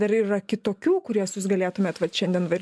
dar yra kitokių kurias jūs galėtumėt vat šiandien va